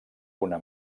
una